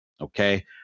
okay